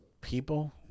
people